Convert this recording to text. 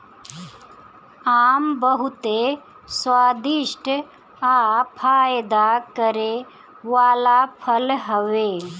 आम बहुते स्वादिष्ठ आ फायदा करे वाला फल हवे